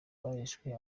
barishwe